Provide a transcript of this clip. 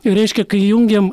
reiškia kai įjungėm